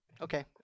Okay